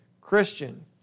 Christian